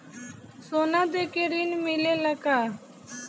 सोना देके ऋण मिलेला का?